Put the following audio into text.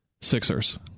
Sixers